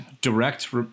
direct